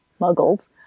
muggles